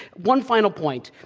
one final point.